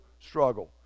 struggle